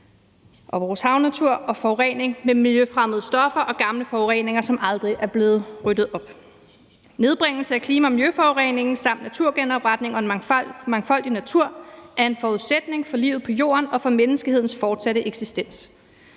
og vores havnatur, og der er forurening med miljøfremmede stoffer og gamle forureninger, som aldrig er blevet ryddet op. Nedbringelse af klima- og miljøforureningen samt naturgenopretning og en mangfoldig natur er en forudsætning for livet på Jorden og for menneskehedens fortsatte eksistens.